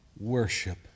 worship